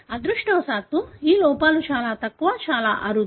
అదృష్టవశాత్తూ లోపాలు చాలా తక్కువ చాలా అరుదు